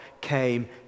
came